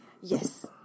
Yes